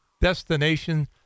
Destination